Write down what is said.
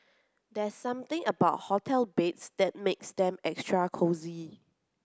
there's something about hotel beds that makes them extra cosy